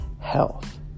health